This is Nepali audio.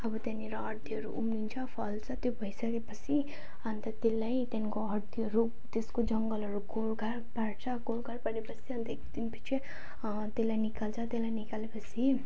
अब त्यहाँनेर हर्दीहरू उम्रिन्छ फल्छ त्यो भइसके पछि अन्त त्यसलाई त्यहाँको हर्दीहरू त्यसको जङ्गलहरू गोड गाड पार्छ गोड गाड पारे पछि अन्त एक दुई दिन पछि त्यसलाई निकाल्छ त्यसलाई निकाले पछि